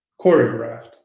choreographed